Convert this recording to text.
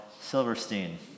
Silverstein